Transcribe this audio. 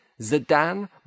Zidane